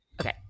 okay